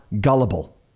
gullible